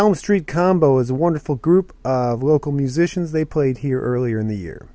elm street combo is a wonderful group of local musicians they played here earlier in the year